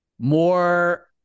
More